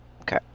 okay